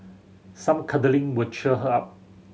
some cuddling would cheer her up